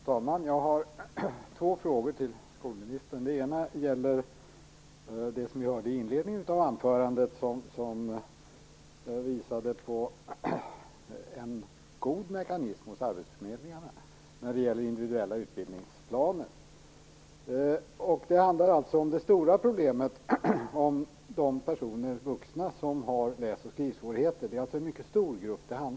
Fru talman! Jag har två frågor till skolministern. Den ena gäller det som vi hörde i inledningen av anförandet, vilket visade på en god mekanism hos arbetsförmedlingarna när det gäller individuella utbildningsplaner. Den andra frågan handlar om det stora problemet, nämligen de vuxna personer som har läs och skrivsvårigheter. Det handlar om en mycket stor grupp i Sverige.